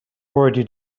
already